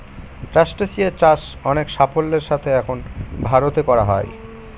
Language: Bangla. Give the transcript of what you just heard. ট্রাস্টেসিয়া চাষ অনেক সাফল্যের সাথে এখন ভারতে করা হয়